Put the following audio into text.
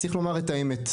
צריך לומר את האמת.